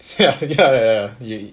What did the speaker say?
ya ya ya